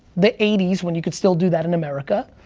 the eighty s when you could still do that in america.